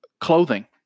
Clothing